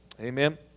Amen